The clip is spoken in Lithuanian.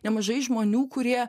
nemažai žmonių kurie